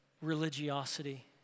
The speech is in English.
religiosity